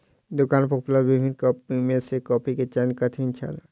दुकान पर उपलब्ध विभिन्न कॉफ़ी में सॅ कॉफ़ी के चयन कठिन छल